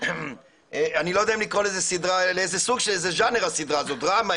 אני לא יודע לאיזה ז'אנר משתייכת הסדרה הזאת דרמה,